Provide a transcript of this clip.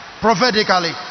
prophetically